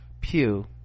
pew